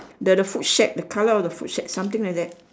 the the food shack the colour of the food shack something like that